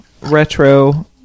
retro